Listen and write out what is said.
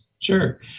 Sure